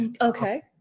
Okay